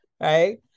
Right